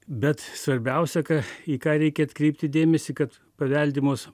bet svarbiausia ką į ką reikia atkreipti dėmesį kad paveldimos